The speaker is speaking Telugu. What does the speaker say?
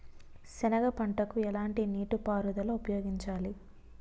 సెనగ పంటకు ఎలాంటి నీటిపారుదల ఉపయోగించాలి?